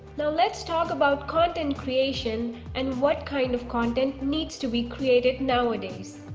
now let's talk about content creation and what kind of content needs to be created nowadays?